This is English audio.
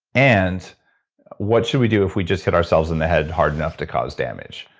and what should we do if we just hit ourselves in the head hard enough to cause damage?